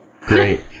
Great